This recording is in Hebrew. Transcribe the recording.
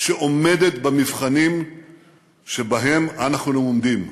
שעומדת במבחנים שבהם אנחנו עומדים.